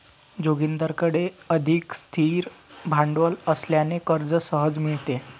जोगिंदरकडे अधिक स्थिर भांडवल असल्याने कर्ज सहज मिळते